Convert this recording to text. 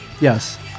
yes